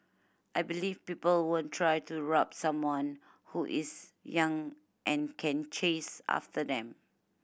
I believe people won't try to rob someone who is young and can chase after them